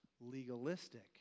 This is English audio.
legalistic